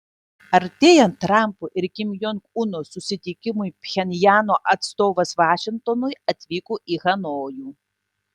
artėjant trampo ir kim jong uno susitikimui pchenjano atstovas vašingtonui atvyko į hanojų